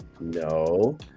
No